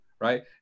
right